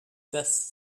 thus